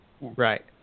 Right